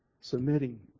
submitting